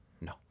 no